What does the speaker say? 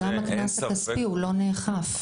וגם הקנס הכספי לא נאכף.